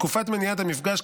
תקופת מניעת המפגש,